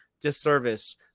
disservice